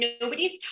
nobody's